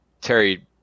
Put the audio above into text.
terry